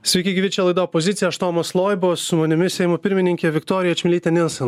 sveiki gyvi čia laida pozicija aš tomas loiba su manimi seimo pirmininkė viktorija čmilytė nilsen